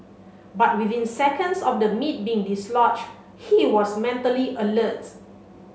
but within seconds of the meat being dislodged he was mentally alert